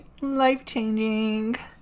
life-changing